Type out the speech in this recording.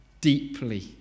deeply